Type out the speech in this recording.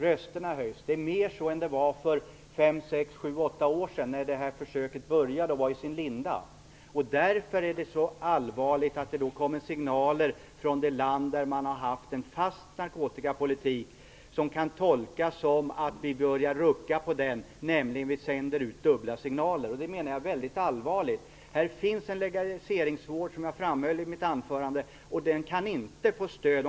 Rösterna höjs mera nu än för 5-8 år sedan då det här försöket började och låg i sin linda. Därför är det så allvarligt att det kommer signaler från det land som har haft en fast narkotikapolitik, signaler som kan tolkas så att vi börjar rucka på detta. På det sättet sänder vi ut dubbla signaler, och detta är väldigt allvarligt. Som jag famhöll i mitt anförande finns det här en legaliseringsvåg och den kan inte få stöd.